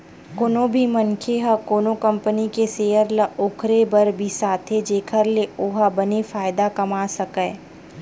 कोनो भी मनखे ह कोनो कंपनी के सेयर ल ओखरे बर बिसाथे जेखर ले ओहा बने फायदा कमा सकय